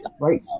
Right